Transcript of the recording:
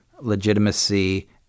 legitimacy